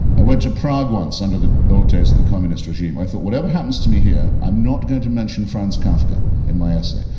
i went to prague once under the old days of the communist regime. i thought whatever happens to me here, i'm not going to mention franz kafka in my essay.